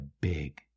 big